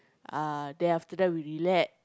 uh then after that we relax